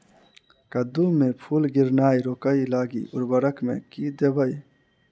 कद्दू मे फूल गिरनाय रोकय लागि उर्वरक मे की देबै?